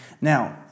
Now